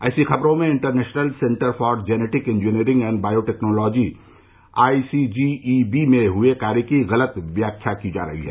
ऐसी खबरों में international centre for genetic engineering and biotechnology ICGEB में हए कार्य की गलत व्याख्या की जा रही है